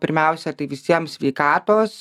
pirmiausia tai visiems sveikatos